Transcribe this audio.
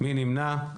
מי נמנע?